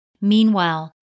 Meanwhile